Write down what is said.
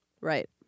Right